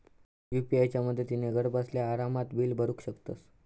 UPI च्या मदतीन घरबसल्या आरामात बिला भरू शकतंस